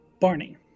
Barney